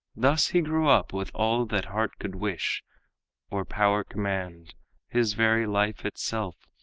thus he grew up with all that heart could wish or power command his very life itself,